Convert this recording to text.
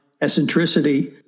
eccentricity